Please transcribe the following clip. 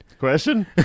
Question